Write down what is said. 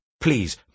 Please